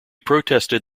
protested